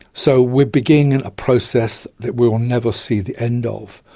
so we're beginning a process that we will never see the end of.